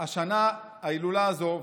השנה בהילולה הזו,